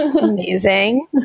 amazing